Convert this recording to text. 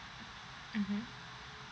mmhmm